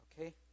Okay